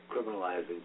criminalizing